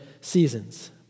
seasons